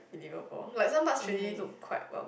believable like some Dutch Lady looks quite vomit